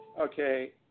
okay